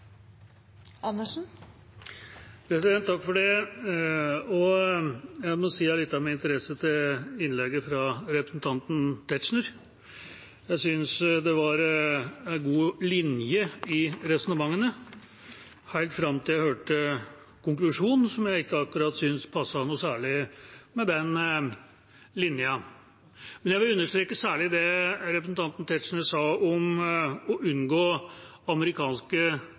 Jeg må si at jeg lyttet med interesse til innlegget fra representanten Tetzschner. Jeg syntes det var en god linje i resonnementene – helt fram til jeg hørte konklusjonen, som jeg ikke akkurat syntes passet noe særlig med den linja. Men jeg vil understreke særlig det representanten Tetzschner sa om å unngå amerikanske